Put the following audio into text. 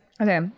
Okay